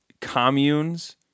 communes